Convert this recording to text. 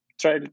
try